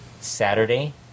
Saturday